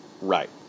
right